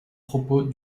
propos